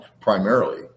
primarily